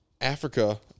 Africa